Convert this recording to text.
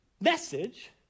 message